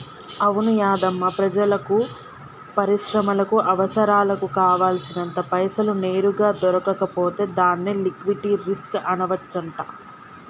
అవును యాధమ్మా ప్రజలకు పరిశ్రమలకు అవసరాలకు కావాల్సినంత పైసలు నేరుగా దొరకకపోతే దాన్ని లిక్విటీ రిస్క్ అనవచ్చంట